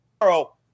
Tomorrow